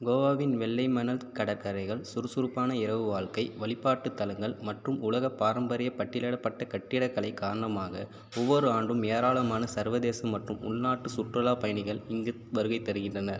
கோவாவின் வெள்ளைமணல் கடற்கரைகள் சுறுசுறுப்பான இரவு வாழ்க்கை வழிபாட்டுத் தலங்கள் மற்றும் உலக பாரம்பரியப் பட்டியலிடப்பட்ட கட்டிடக்கலை காரணமாக ஒவ்வொரு ஆண்டும் ஏராளமான சர்வதேச மற்றும் உள்நாட்டு சுற்றுலாப் பயணிகள் இங்கு வருகை தருகின்றனர்